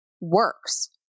works